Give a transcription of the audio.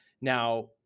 Now